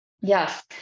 Yes